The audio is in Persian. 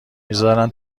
میذارن